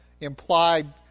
implied